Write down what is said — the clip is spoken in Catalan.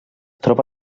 troba